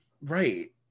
right